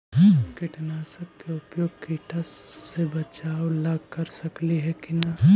कीटनाशक के उपयोग किड़ा से बचाव ल कर सकली हे की न?